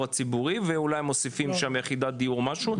הציבורי ואולי מוספים שם יחידת דיור משהו,